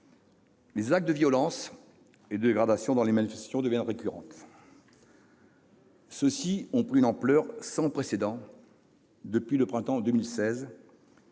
Les actes de violence et de dégradation dans les manifestations deviennent récurrents. Ceux-ci ont pris une ampleur sans précédent : depuis le printemps 2016